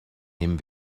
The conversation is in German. nehmen